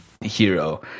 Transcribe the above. hero